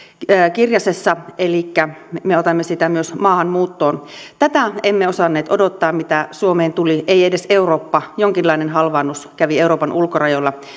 kirjasessa elikkä me otamme sitä myös maahanmuuttoon tätä emme osanneet odottaa mitä suomeen tuli ei edes eurooppa jonkinlainen halvaannus kävi euroopan ulkorajoilla